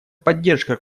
поддержка